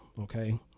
Okay